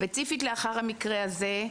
ספציפית לאחר המקרה הזה,